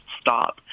stop